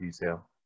detail